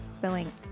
filling